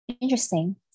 Interesting